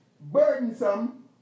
burdensome